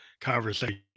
conversation